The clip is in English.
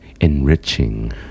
enriching